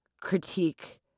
critique